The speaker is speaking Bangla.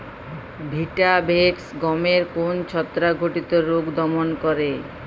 ভিটাভেক্স গমের কোন ছত্রাক ঘটিত রোগ দমন করে?